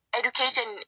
education